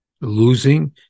losing